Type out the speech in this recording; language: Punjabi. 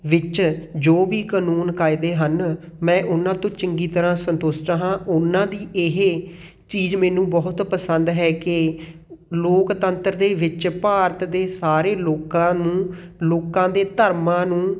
ਵਿੱਚ ਜੋ ਵੀ ਕਾਨੂੰਨ ਕਾਇਦੇ ਹਨ ਮੈਂ ਉਹਨਾਂ ਤੋਂ ਚੰਗੀ ਤਰ੍ਹਾਂ ਸੰਤੁਸ਼ਟ ਹਾਂ ਉਹਨਾਂ ਦੀ ਇਹ ਚੀਜ਼ ਮੈਨੂੰ ਬਹੁਤ ਪਸੰਦ ਹੈ ਕਿ ਲੋਕਤੰਤਰ ਦੇ ਵਿੱਚ ਭਾਰਤ ਦੇ ਸਾਰੇ ਲੋਕਾਂ ਨੂੰ ਲੋਕਾਂ ਦੇ ਧਰਮਾਂ ਨੂੰ